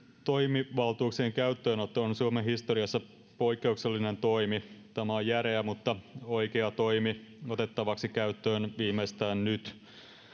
toimivaltuuksien käyttöönotto on suomen historiassa poikkeuksellinen toimi tämä on järeä mutta oikea toimi otettavaksi käyttöön viimeistään nyt